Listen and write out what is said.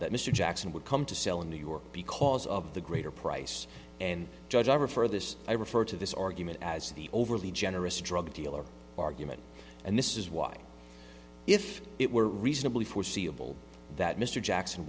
that mr jackson would come to sell in new york because of the greater price and judge i refer this i refer to this argument as the overly generous drug dealer argument and this is why if it were reasonably foreseeable that mr jackson